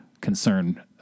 concern